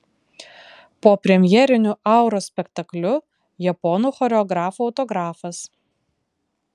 po premjeriniu auros spektakliu japonų choreografo autografas